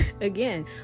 again